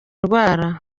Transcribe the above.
ndwara